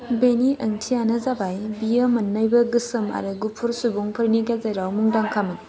बेनि ओंथियानो जाबाय बियो मोननैबो गोसोम आरो गुफुर सुबुंफोरनि गेजेराव मुंदांखा